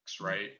right